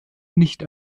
nicht